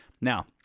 Now